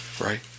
right